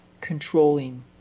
controlling